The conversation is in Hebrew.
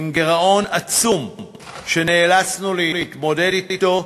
עם גירעון עצום שנאלצנו להתמודד אתו,